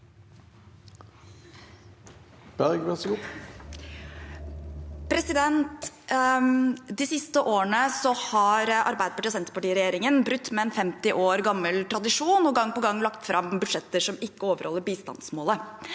De siste årene har Arbeiderparti–Senterparti-regjeringen brutt med en 50 år gammel tradisjon og gang på gang lagt fram budsjetter som ikke overholder bistandsmålet.